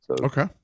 okay